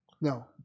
No